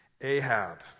Ahab